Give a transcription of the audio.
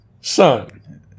Son